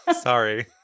Sorry